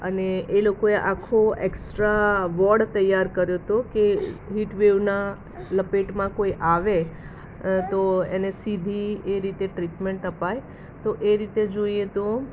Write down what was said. અને એ લોકોએ આખો એકસ્ટ્રા વોર્ડ તૈયાર કર્યો હતો કે હિટવેવના લપેટમાં કોઈ આવે તો એને સીધી એ રીતે ટ્રીટમેન્ટ અપાય તો એ રીતે જોઈએ તો